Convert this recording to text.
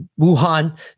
wuhan